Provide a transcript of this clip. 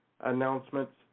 announcements